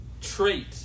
trait